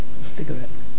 Cigarettes